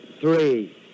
Three